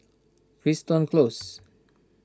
Crichton Close